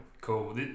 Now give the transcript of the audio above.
Cool